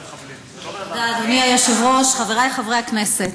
אדוני היושב-ראש, תודה, חברי חברי הכנסת,